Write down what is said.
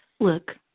Look